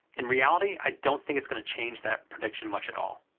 in reality, i don't think it's going to change that prediction much at all.